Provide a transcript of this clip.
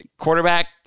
quarterback